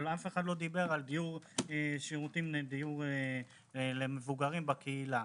אבל אף אחד לא דיבר על שירותים לדיור למבוגרים בקהילה.